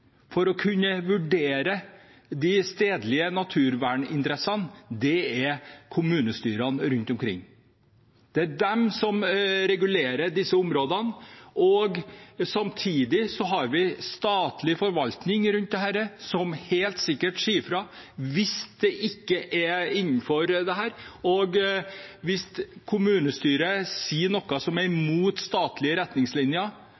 for å kunne vurdere de stedlige naturverninteressene, er kommunestyrene rundt omkring. Det er de som regulerer disse områdene. Samtidig har vi en statlig forvaltning rundt dette, som helt sikkert sier fra hvis det ikke er innenfor, og hvis kommunestyret sier noe som er